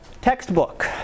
Textbook